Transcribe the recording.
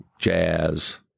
Jazz